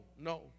no